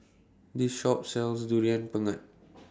This Shop sells Durian Pengat